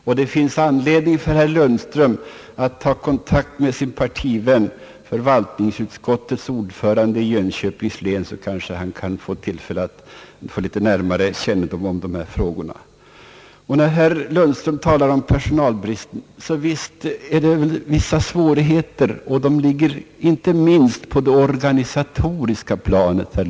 Om herr Lundström tar kontakt med sin partivän, som är förvaltningsutskottets ordförande i Jönköpings läns landsting, så kanske han får närmare kännedom om dessa frågor. Herr Lundström talade om personalbristen. Visst finns det vissa svårigheter, och de ligger inte minst på det organisatoriska planet.